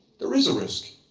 there is a risk.